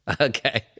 Okay